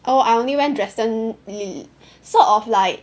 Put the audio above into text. oh I only went Dresden mm sort of like